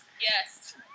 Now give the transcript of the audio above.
Yes